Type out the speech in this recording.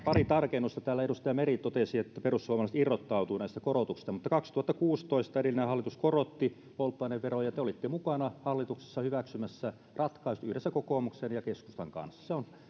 pari tarkennusta täällä edustaja meri totesi että perussuomalaiset irrottautuvat näistä korotuksista mutta kaksituhattakuusitoista edellinen hallitus korotti polttoaineveroa ja te olitte mukana hallituksessa hyväksymässä ratkaisun yhdessä kokoomuksen ja keskustan kanssa